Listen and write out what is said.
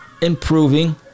improving